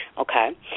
Okay